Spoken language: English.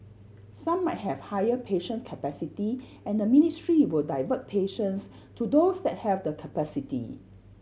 some might have higher patient capacity and the ministry will divert patients to those that have the capacity